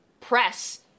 press